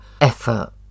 effort